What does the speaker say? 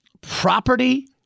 property